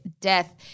death